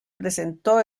presentó